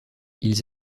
ils